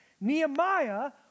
Nehemiah